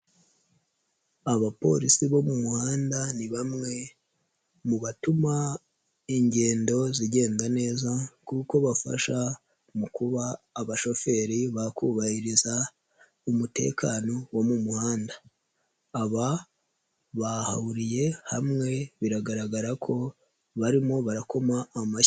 Abapolisi bo mu muhanda ni bamwe mu batuma ingendo zigenda neza kuko bafasha mu kuba abashoferi bakubahiriza umutekano wo mu muhanda, aba bahuriye hamwe biragaragara ko barimo barakoma amashyi.